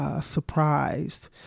Surprised